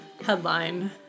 headline